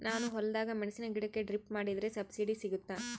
ನಾನು ಹೊಲದಾಗ ಮೆಣಸಿನ ಗಿಡಕ್ಕೆ ಡ್ರಿಪ್ ಮಾಡಿದ್ರೆ ಸಬ್ಸಿಡಿ ಸಿಗುತ್ತಾ?